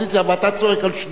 ואתה צועק על שניהם.